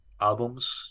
albums